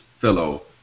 fellow